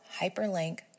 hyperlink